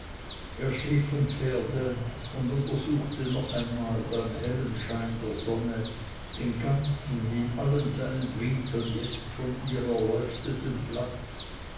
er stieg vom pferde und untersuchte noch einmal beim hellen schein der sonne den ganzen in allen seinen winkeln jetzt von ihr erleuchteten platz